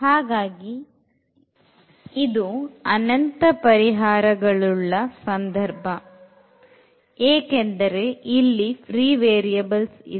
ಹಾಗಾಗಿ ಇದು ಅನಂತ ಪರಿಹಾರಗಳುಳ್ಳ ಸಂದರ್ಭ ಏಕೆಂದರೆ ಇಲ್ಲಿ free variables ಇವೆ